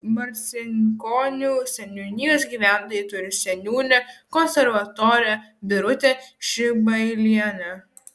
marcinkonių seniūnijos gyventojai turi seniūnę konservatorę birutę šibailienę